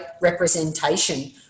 representation